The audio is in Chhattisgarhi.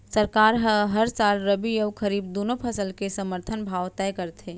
सरकार ह हर साल रबि अउ खरीफ दूनो फसल के समरथन भाव तय करथे